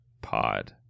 pod